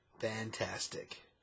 Fantastic